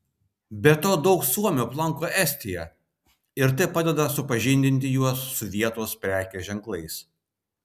be to daug suomių aplanko estiją ir tai padeda supažindinti juos su vietos prekės ženklais